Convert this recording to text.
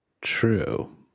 True